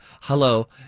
Hello